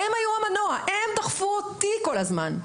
הם דחפו אותי כל הזמן.